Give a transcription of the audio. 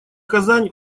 казань